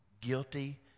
Guilty